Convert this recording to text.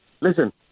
listen